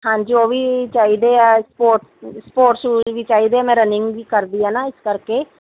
ਹਾਂਜੀ ਉਹ ਵੀ ਚਾਹੀਦੇ ਹੈ ਸਪੋਰਟ ਸਪੋਰਟਸ ਸ਼ੂਜ਼ ਵੀ ਚਾਹੀਦੇ ਹੈ ਮੈਂ ਰਨਿੰਗ ਵੀ ਕਰਦੀ ਹਾਂ ਨਾ ਇਸ ਕਰਕੇ